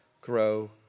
grow